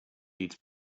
eats